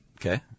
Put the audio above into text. okay